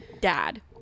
dad